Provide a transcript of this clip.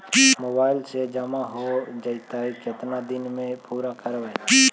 Mobile से जामा हो जैतय, केतना दिन में पुरा करबैय?